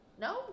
No